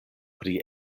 pri